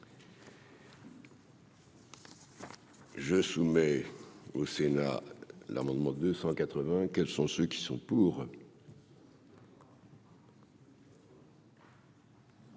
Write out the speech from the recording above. Je soumets au Sénat, l'amendement 280 quels sont ceux qui sont pour.